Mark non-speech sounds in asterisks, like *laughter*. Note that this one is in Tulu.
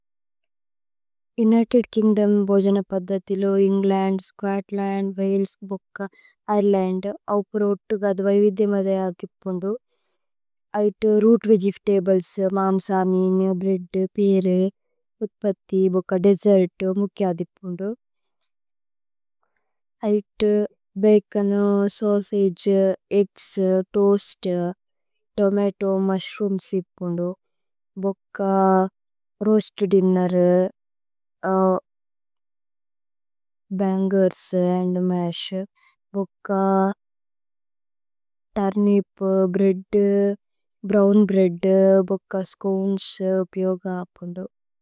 ഉനിതേദ് കിന്ഗ്ദോമ് ബോജന പദ്ദഥിലോ ഏന്ഗ്ലന്ദ് സ്ചോത്ലന്ദ്। വലേസ്, ഭോക, ഇരേലന്ദ്, അവ്പുരോത്തു ഗധവൈ വിധ്യ। മധയ ദിപ്പുന്ദു ഐതു രൂത് വേഗിഏഫ് തബ്ലേസ് മാമ്സ। മീനു, ബ്രേഅദ്, പീരു, പുഥ്പഥി, ബോക, ദേസ്സേര്തു। മുഖ്യ ദിപ്പുന്ദു *noise* ഐതു bacon sausage eggs. Toast, tomato, mushrooms ദിപ്പുന്ദു ഭോക roast. Dinner *noise* bangers and mash ഭോക തുര്നിപ്। ബ്രേഅദു, ബ്രോവ്ന് ബ്രേഅദു, ബോക, സ്ചോനേസ്, പിയോഗ അപ്പുന്ദു।